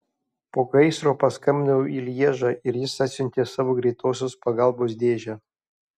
po gaisro paskambinau į lježą ir jis atsiuntė savo greitosios pagalbos dėžę